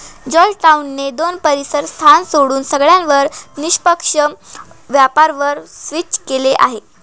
Georgetown ने दोन परीसर स्थान सोडून सगळ्यांवर निष्पक्ष व्यापार वर स्विच केलं आहे